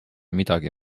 midagi